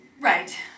Right